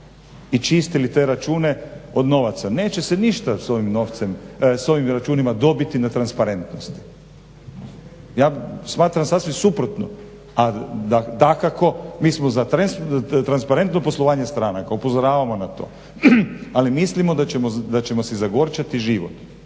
i čistili te račune od novaca. Neće se ništa s ovim računima dobiti na transparentnosti. Ja smatram sasvim suprotno, a dakako mi smo za transparentno poslovanje stranaka, upozoravamo na to, ali mislimo da ćemo si zagorčati život,